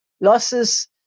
losses